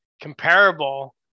comparable